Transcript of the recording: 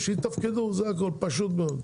שיתפקדו, זה הכול, פשוט מאוד.